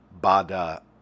Bada